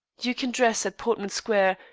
you can dress at portman square,